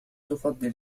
تفضل